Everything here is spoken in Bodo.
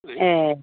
ए